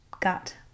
gut